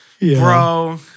Bro